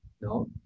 No